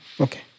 Okay